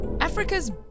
Africa's